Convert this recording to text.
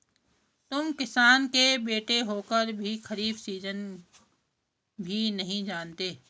तुम किसान के बेटे होकर भी खरीफ सीजन भी नहीं जानते